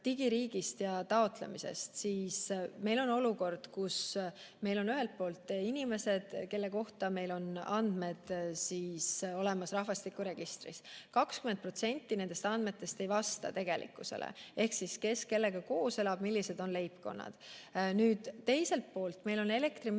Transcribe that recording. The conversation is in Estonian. ja taotlemisest. Meil on olukord, kus meil on ühelt poolt inimesed, kelle kohta meil on andmed olemas rahvastikuregistris, aga 20% nendest andmetest ei vasta tegelikkusele. Ehk me ei tea, kes kellega koos elab ja millised on leibkonnad. Teiselt poolt on meil elektrimüüjad,